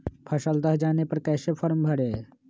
फसल दह जाने पर कैसे फॉर्म भरे?